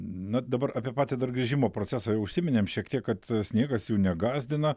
na dabar apie patį dar grįžimo procesą jau užsiminėm šiek tiek kad sniegas jų negąsdina